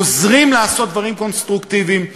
עוזרים לעשות דברים קונסטרוקטיביים,